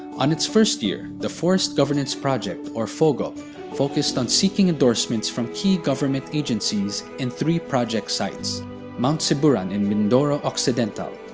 on its first year, the forest governance project or fogop focused on seeking endorsements from key government agencies in three project sites mt siburan in mindoro occidental,